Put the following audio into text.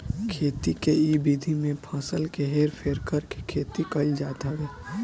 खेती के इ विधि में फसल के हेर फेर करके खेती कईल जात हवे